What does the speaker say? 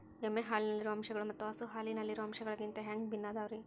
ಎಮ್ಮೆ ಹಾಲಿನಲ್ಲಿರೋ ಅಂಶಗಳು ಮತ್ತ ಹಸು ಹಾಲಿನಲ್ಲಿರೋ ಅಂಶಗಳಿಗಿಂತ ಹ್ಯಾಂಗ ಭಿನ್ನ ಅದಾವ್ರಿ?